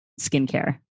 skincare